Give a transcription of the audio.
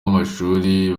b’amashuri